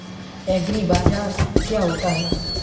एग्रीबाजार क्या होता है?